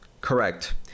correct